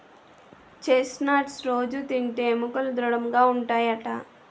chest nuts రొజూ తింటే ఎముకలు దృడముగా ఉంటాయట